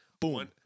Boom